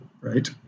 right